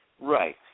Right